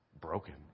broken